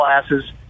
classes